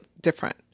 different